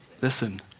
Listen